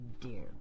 dear